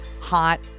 hot